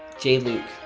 jay-luke,